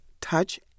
touch